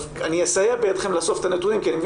אני אסייע בידכם לאסוף את הנתונים כי אני מבין